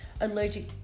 allergic